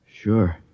Sure